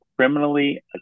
criminally